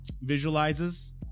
visualizes